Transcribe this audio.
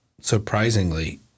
surprisingly